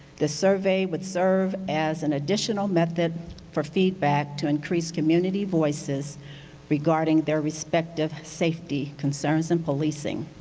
the survey would serve as an additional method for feedback to increase community voices regarding their respective safety concerns and policing.